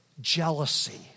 jealousy